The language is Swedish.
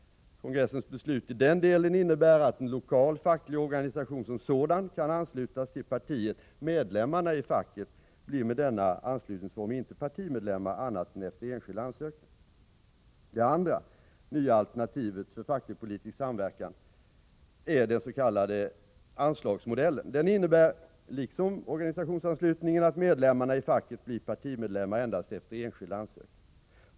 Kongressens beslut i den delen innebär att en lokal facklig organisation som sådan kan anslutas till partiet. Medlemmarna i facket blir med denna anslutningsform inte partimedlemmar annat än efter enskild ansökan. Det andra nya alternativet för facklig-politisk samverkan är den s.k. anslagsmodellen. Den innebär, liksom organisationsanslutningen, att medlemmarna i facket blir partimedlemmar endast efter enskild ansökan.